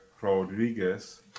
Rodriguez